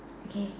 okay